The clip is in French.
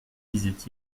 disait